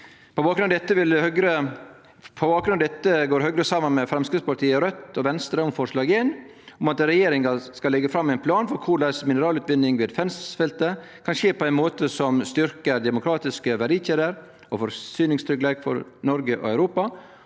På bakgrunn av dette går Høgre saman med Framstegspartiet, Raudt og Venstre om forslag nr. 1, om at regjeringa skal «legge fram en plan for hvordan mineralutvinning ved Fensfeltet kan foregå på en måte som styrker demokratiske verdikjeder og forsyningssikkerheten for Norge og Europa,